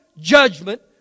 judgment